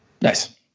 nice